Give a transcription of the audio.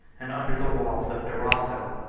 and under the walls of durazzo.